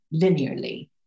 linearly